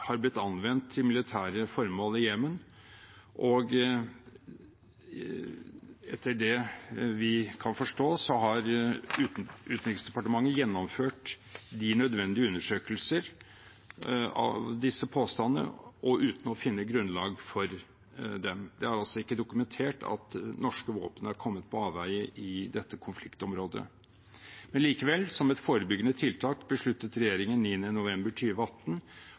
har blitt anvendt til militære formål i Jemen, og etter det vi kan forstå, har Utenriksdepartementet gjennomført de nødvendige undersøkelser av disse påstandene uten å finne grunnlag for dem. Det er altså ikke dokumentert at norske våpen er kommet på avveier i dette konfliktområdet. Men likevel, som et forebyggende tiltak, besluttet regjeringen den 9. november